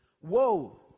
Woe